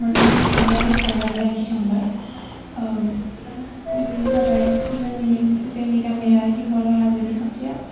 आं मोनसे मिथिंगायारि सावगारि आखिखांबाय बियो जाबाय जोंनि जोंनि गामिया हिमालय हाजोनि खाथियाव